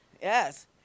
Yes